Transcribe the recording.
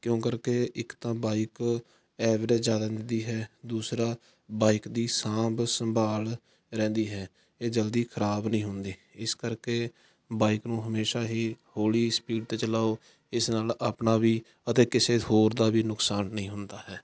ਕਿਉਂ ਕਰਕੇ ਇੱਕ ਤਾਂ ਬਾਈਕ ਐਵਰੇਜ ਜ਼ਿਆਦਾ ਦਿੰਦੀ ਹੈ ਦੂਸਰਾ ਬਾਈਕ ਦੀ ਸਾਂਭ ਸੰਭਾਲ ਰਹਿੰਦੀ ਹੈ ਇਹ ਜਲਦੀ ਖਰਾਬ ਨਹੀਂ ਹੁੰਦੀ ਇਸ ਕਰਕੇ ਬਾਈਕ ਨੂੰ ਹਮੇਸ਼ਾਂ ਹੀ ਹੌਲੀ ਸਪੀਡ 'ਤੇ ਚਲਾਓ ਇਸ ਨਾਲ ਆਪਣਾ ਵੀ ਅਤੇ ਕਿਸੇ ਹੋਰ ਦਾ ਵੀ ਨੁਕਸਾਨ ਨਹੀਂ ਹੁੰਦਾ ਹੈ